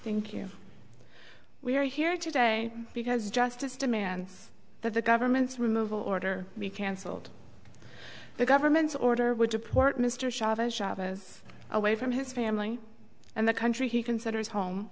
thank you we are here today because justice demands that the government's removal order be cancelled the government's order would deport mr chavez chavez away from his family and the country he considers home